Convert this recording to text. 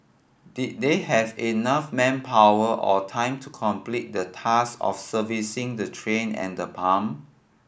did they have enough manpower or time to complete the task of servicing the train and the pump